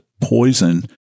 poison